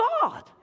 God